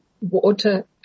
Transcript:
water